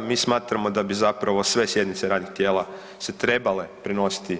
Mi smatramo da bi zapravo sve sjednice radnih tijela se trebale prenositi